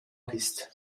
bist